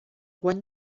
guany